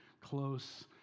close